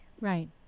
Right